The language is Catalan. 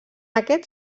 aquest